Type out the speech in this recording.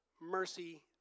mercy